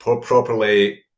properly